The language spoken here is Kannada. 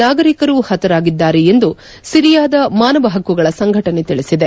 ನಾಗರಿಕರು ಪತರಾಗಿದ್ದಾರೆ ಎಂದು ಸಿರಿಯಾದ ಮಾನವ ಪಕ್ಕುಗಳ ಸಂಘಟನೆ ತಿಳಿಸಿದೆ